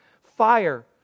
fire